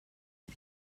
you